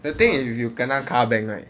the thing is if you kena car bang right